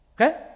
Okay